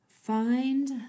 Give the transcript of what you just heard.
find